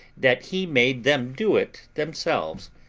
that he made them do it themselves,